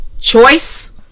Choice